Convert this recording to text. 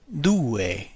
due